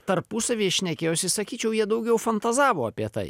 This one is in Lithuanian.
tarpusavyje šnekėjosi sakyčiau jie daugiau fantazavo apie tai